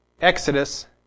Exodus